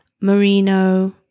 merino